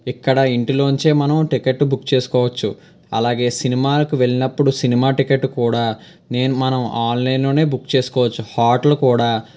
ఇక్కడ ఇంటిలోంచే మనము టికెట్టు బుక్ చేసుకోవచ్చు అలాగే సినిమాలకు వెళ్ళినప్పుడు సినిమా టికెట్ కూడా నేను మనం ఆన్లైన్లోనే బుక్ చేసుకోవచ్చు హోటల్ కూడా